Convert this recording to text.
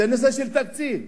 זה נושא של תקציב.